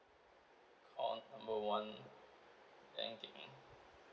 call number one banking